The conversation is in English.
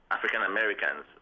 African-Americans